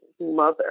mother